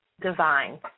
divine